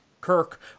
Kirk